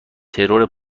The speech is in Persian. ترور